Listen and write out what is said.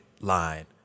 line